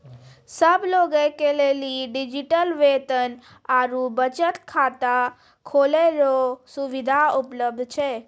सब लोगे के लेली डिजिटल वेतन आरू बचत खाता खोलै रो सुविधा उपलब्ध छै